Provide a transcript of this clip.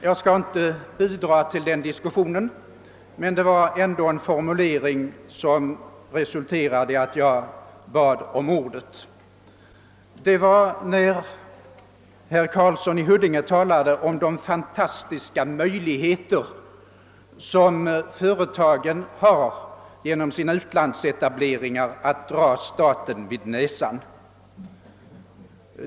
Jag skall inte bidra till den diskussionen, men det var en annan formulering som resulterade i att jag bad om ordet. Det var när herr Karlsson i Huddinge talade om de »fantastiska möjligheter» som företagen har genom sina utlandsetableringar att »dra staten vid näsan».